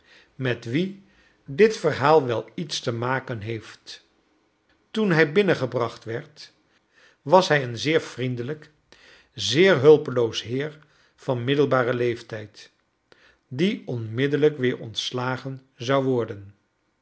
met wien dit verhaal wel iets te maken heeft toen hij binnengebracht werd was hij een zeer vriendelijk zeer hulpeloos heer van middelbaren leeftijdj die onmiddellijk weer ontslagen zou worden